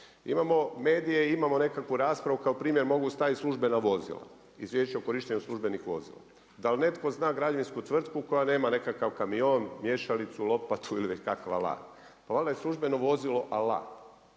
Imamo medije i imamo nekakvu raspravu kao primjer mogu staviti službena vozila. Izvješće o korištenju službenih vozila. Dal netko zna građevinsku tvrtku koja nema nekakav kamion, miješalicu, lopatu ili kakav alat. Pa valjda je službeno vozilo alat.